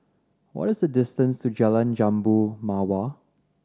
what is the distance to Jalan Jambu Mawar